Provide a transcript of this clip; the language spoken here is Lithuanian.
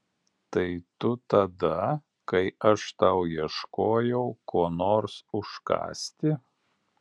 tai tu tada kai aš tau ieškojau ko nors užkąsti